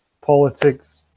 politics